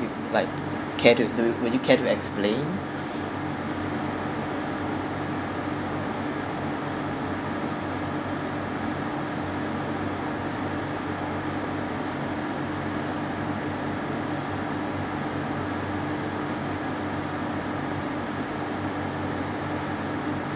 you like care to do you would you care to explain